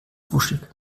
wuschig